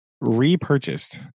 repurchased